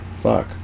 Fuck